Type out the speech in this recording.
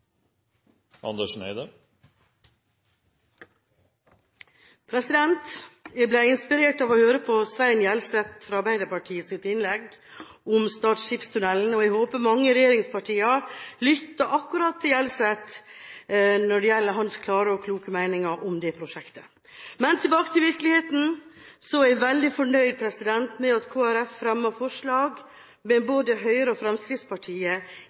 Jeg ble inspirert av å høre Arbeiderpartiets Svein Gjelseths innlegg om Stad skipstunnel, og jeg håper mange i regjeringspartiene lytter til Gjelseth når det gjelder hans klare og kloke meninger om akkurat det prosjektet. Men tilbake til virkeligheten: Jeg er veldig fornøyd med at Kristelig Folkeparti fremmer forslag med både Høyre og Fremskrittspartiet